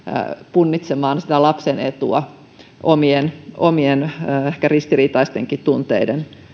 punnitsemaan sitä lapsen etua omien omien ehkä ristiriitaistenkin tunteiden